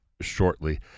shortly